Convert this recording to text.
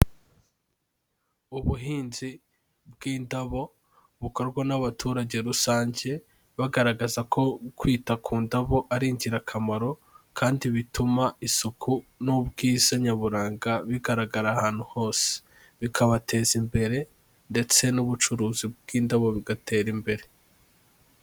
Ubuhinzi bw'indabo bukorwa n'abaturage rusange, bagaragaza ko kwita ku ndabo ari ingirakamaro, kandi bituma isuku n'ubwiza nyaburanga bigaragara ahantu hose, bikabateza imbere ndetse n'ubucuruzi bw'indabo bigatera imbere.